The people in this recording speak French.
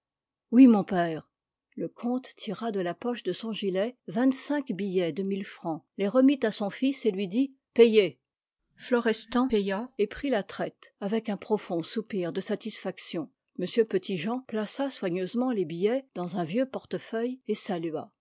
oui mon père le comte tira de la poche de son gilet vingt-cinq billets de mille francs les remit à son fils et lui dit payez florestan paya et prit la traite avec un profond soupir de satisfaction m petit-jean plaça soigneusement les billets dans un vieux portefeuille et salua